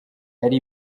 ari